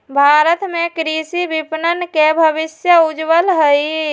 भारत में कृषि विपणन के भविष्य उज्ज्वल हई